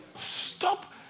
Stop